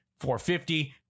450